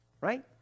right